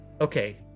okay